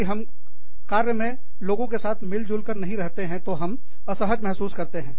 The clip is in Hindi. यदि हम कार्य में लोगों के साथ मिलजुल नहीं रहते हैं तो हम असहज महसूस करते हैं